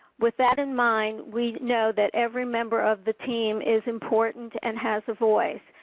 with that in mind, we know that every member of the team is important and has a voice.